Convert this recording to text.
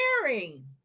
sharing